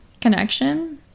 connection